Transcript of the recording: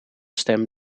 stem